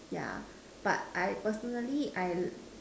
yeah but I personally I